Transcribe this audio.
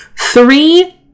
three